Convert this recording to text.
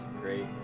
Great